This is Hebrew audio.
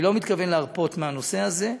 אני לא מתכוון להרפות מהנושא הזה.